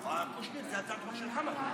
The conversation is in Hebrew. קושניר, זאת הצעת חוק של חמד.